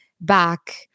back